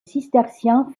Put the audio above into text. cistercien